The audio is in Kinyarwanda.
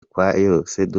dukoresheje